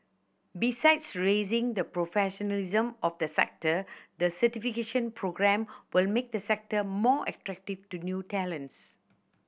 besides raising the professionalism of the sector the certification programme will make the sector more attractive to new talents